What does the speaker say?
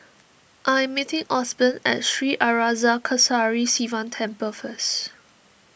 I am meeting Osborne at Sri Arasakesari Sivan Temple first